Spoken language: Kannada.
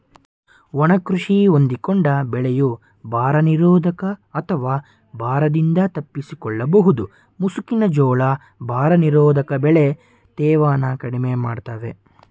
ಒಣ ಕೃಷಿ ಹೊಂದಿಕೊಂಡ ಬೆಳೆಯು ಬರನಿರೋಧಕ ಅಥವಾ ಬರದಿಂದ ತಪ್ಪಿಸಿಕೊಳ್ಳಬಹುದು ಮುಸುಕಿನ ಜೋಳ ಬರನಿರೋಧಕ ಬೆಳೆ ತೇವನ ಕಡಿಮೆ ಮಾಡ್ತವೆ